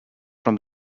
from